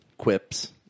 Quips